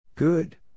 Good